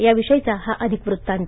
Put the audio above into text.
त्याविषयाचा हा अधिक वृत्तांत